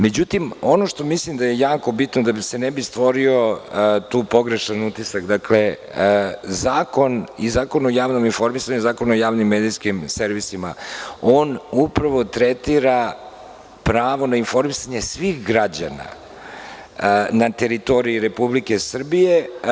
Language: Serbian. Međutim, ono što mislim da je jako bitno, da se ne bi stvorio tu pogrešan utisak, dakle, Zakon o javnom informisanju i Zakon o javnim medijskim servisima, upravo tretiraju pravo na informisanje svih građana na teritoriji Republike Srbije.